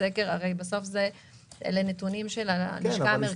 הרי בסוף אלה נתונים של הלשכה המרכזית לסטטיסטיקה.